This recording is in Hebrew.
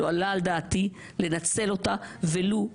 לא עלה על דעתי לנצל אותה ולו לשנייה.